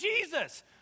Jesus